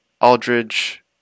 Aldridge